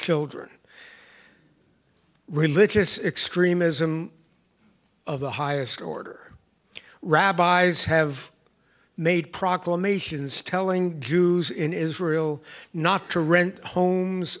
children religious extremism of the highest order rabbis have made proclamations telling jews in israel not to rent homes